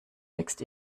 wächst